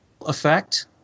effect